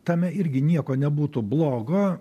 tame irgi nieko nebūtų blogo